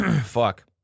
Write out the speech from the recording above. Fuck